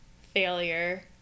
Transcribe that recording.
failure